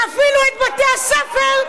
אפילו את בתי הספר,